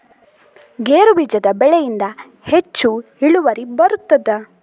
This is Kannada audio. ಗೇರು ಬೀಜದ ಬೆಳೆಯಿಂದ ಹೆಚ್ಚು ಇಳುವರಿ ಬರುತ್ತದಾ?